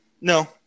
no